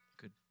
good